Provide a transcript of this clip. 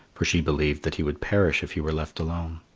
for she believed that he would perish if he were left alone.